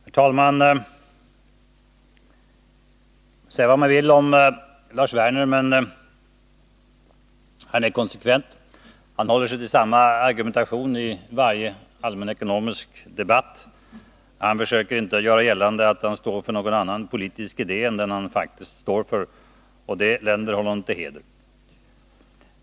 Herr talman! Säga vad man vill om Lars Werner, men han är konsekvent. Han håller sig till samma argumentation i varje allmänekonomisk debatt. Han försöker inte göra gällande att han står för någon annan politisk idé än han faktiskt gör. Det länder honom till heder.